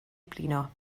blino